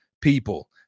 people